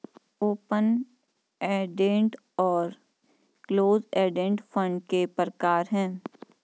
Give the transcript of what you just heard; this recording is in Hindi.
ओपन एंडेड और क्लोज एंडेड फंड के प्रकार हैं